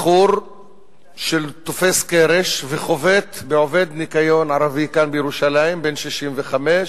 בחור שתופס קרש וחובט בעובד ניקיון ערבי בן 65,